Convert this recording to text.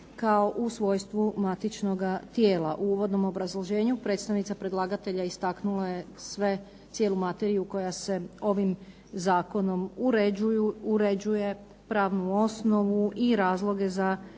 kao u svojstvu matičnoga tijela. U uvodnom obrazloženju predstavnica predlagatelja istaknula je cijelu materiju koja se ovim zakonom uređuje, pravnu osnovu i razloge za